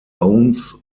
owns